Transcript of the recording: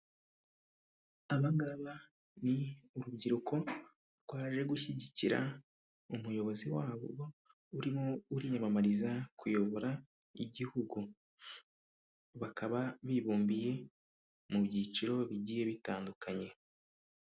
Aba ngaba ni urubyiruko rwaje gushyigikira umuyobozi wabo urimo uriyamamariza kuyobora igihugu. Bakaba bibumbiye mu byiciro bigiye bitandukanye.